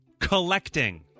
collecting